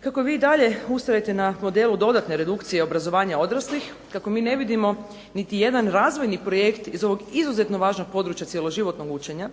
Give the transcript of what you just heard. kako vi i dalje ustrajete na modelu dodatne redukcije obrazovanja odraslih, kako mi ne vidimo niti jedan razvojni projekt iz ovog izuzetno važnog područja cjeloživotnog učenja